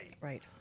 Right